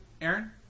Aaron